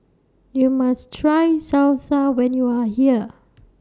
YOU must Try Salsa when YOU Are here